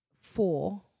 four